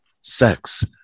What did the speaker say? sex